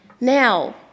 now